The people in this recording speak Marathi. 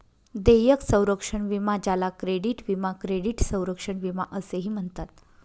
देयक संरक्षण विमा ज्याला क्रेडिट विमा क्रेडिट संरक्षण विमा असेही म्हणतात